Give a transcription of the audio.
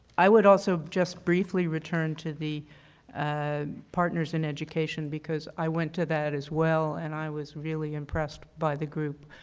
i would also just briefly returned to the ah partners in education because i went to that as well and i was really impressed by the group.